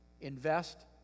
invest